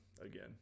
again